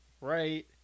Right